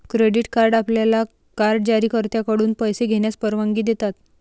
credit card आपल्याला card जारीकर्त्याकडून पैसे घेण्यास परवानगी देतात